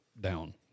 down